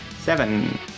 Seven